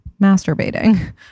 Masturbating